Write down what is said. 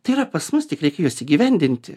tai yra pas mus tik reikia juos įgyvendinti